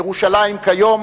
ירושלים כיום